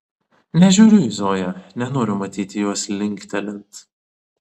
nežiūriu į zoją nenoriu matyti jos linktelint